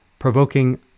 provoking